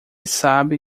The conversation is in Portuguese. sabe